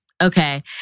okay